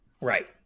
Right